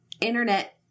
internet